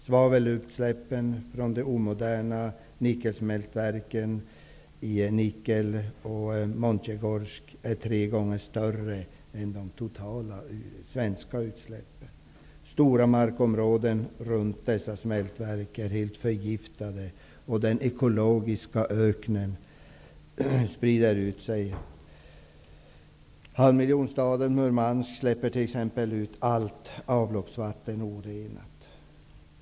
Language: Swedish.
Svavelutsläppen från de omoderna nickelsmältverken i Nikel och Montjegorsk är tre gånger större än de totala svenska utsläppen. Stora markområden runt dessa smältverk är helt förgiftade och den ekologiska öknen sprider ut sig. Halvmiljonstaden Murmansk släpper t.ex. ut allt avloppsvatten orenat.